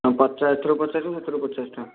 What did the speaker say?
ହଁ ପଚାଶ ଏଥିରୁ ପଚାଶକୁ ସେଥିରୁ ପଚାଶ ଟଙ୍କା